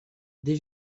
des